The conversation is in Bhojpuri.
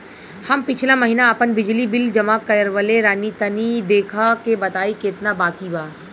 हम पिछला महीना आपन बिजली बिल जमा करवले रनि तनि देखऽ के बताईं केतना बाकि बा?